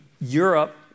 Europe